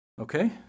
Okay